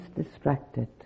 distracted